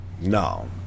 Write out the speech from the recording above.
No